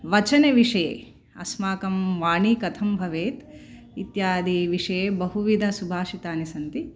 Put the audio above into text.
वचनविषये अस्माकं वाणी कथं भवेत् इत्यादि विषये बहुविध सुभाषितानि सन्ति